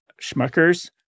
Schmucker's